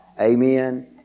Amen